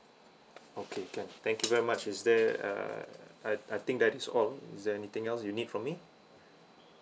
okay can thank you very much is there uh I I think that is all is there anything else you need from me